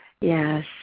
Yes